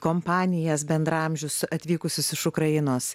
kompanijas bendraamžius atvykusius iš ukrainos